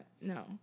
No